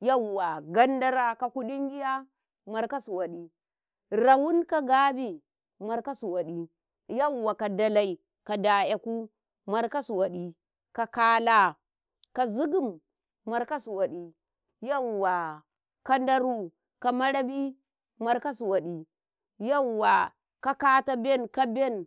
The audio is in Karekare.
yauwa, gandara ka kuɗingiya markasu waɗi, rawun ka gabi markasu waɗi, yauwa ka daki ka da'yaku markasu waɗi, ka kala ka zigim markasu waɗi, yauwa ka Ndaru ka marabi markasu waɗi, yauwa ka kata ben ka ben.